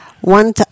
One